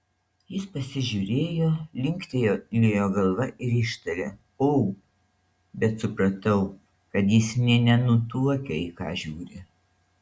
jis pasižiūrėjo linktelėjo galva ir ištarė o bet supratau kad jis nė nenutuokia į ką žiūri